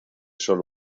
solo